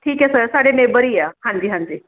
ਠੀਕ ਹੈ ਸਰ ਸਾਡੇ ਨੇਬਰ ਹੀ ਆ ਹਾਂਜੀ ਹਾਂਜੀ